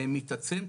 ומתעצם,